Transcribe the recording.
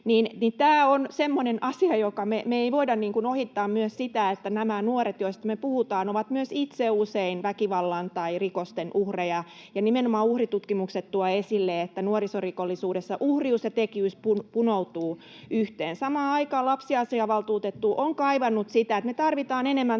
Tämä on semmoinen asia, jota me ei voida ohittaa: nämä nuoret, joista me puhutaan, ovat myös itse usein väkivallan tai rikosten uhreja, ja nimenomaan uhritutkimukset tuovat esille, että nuorisorikollisuudessa uhrius ja tekijyys punoutuvat yhteen. Samaan aikaan lapsiasiavaltuutettu on kaivannut sitä, että me tarvitaan enemmän